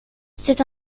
c’est